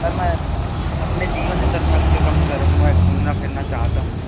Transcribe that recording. sir मैं अपने जीवन से सर थक चुका हूँ सर अब मैं घूमना फिरना चाहता हूँ